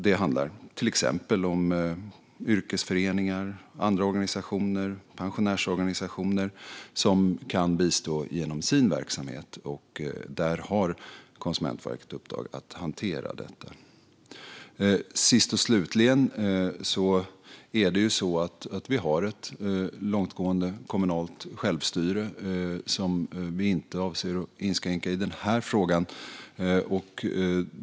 Det handlar till exempel om yrkesföreningar och andra organisationer, till exempel pensionärsorganisationer, som kan bistå genom sin verksamhet. Konsumentverket har uppdraget att hantera detta. Sist och slutligen är det ju så att vi har ett långtgående kommunalt självstyre som vi inte avser att inskränka i den här frågan.